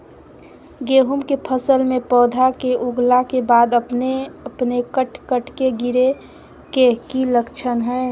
गेहूं के फसल में पौधा के उगला के बाद अपने अपने कट कट के गिरे के की लक्षण हय?